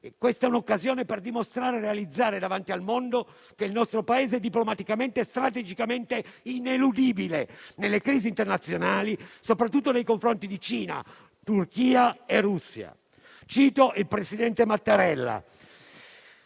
Questa è un'occasione per dimostrare e realizzare davanti al mondo che il nostro Paese è diplomaticamente e strategicamente ineludibile nelle crisi internazionali, soprattutto nei confronti di Cina, Turchia e Russia. Cito il presidente Mattarella,